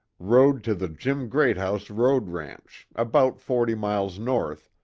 rode to the jim greathouse road-ranch, about forty miles north,